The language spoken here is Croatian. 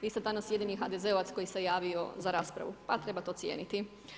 Vi ste danas jedini HDZ-ovac koji se javio za raspravu, pa treba to cijeniti.